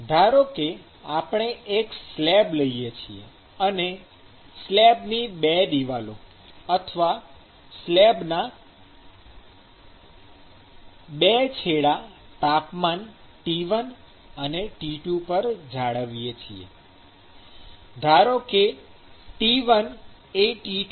ધારો કે આપણે એક સ્લેબ લઈએ છીએ અને સ્લેબની 2 દિવાલો અથવા સ્લેબના 2 છેડા તાપમાન T1 અને T2 પર જાળવીએ છીએ ઉપરની સ્લાઇડનો સ્નેપશોટ જુઓ